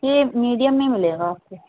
یہ میڈیم میں ملے گا آپ کو